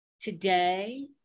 today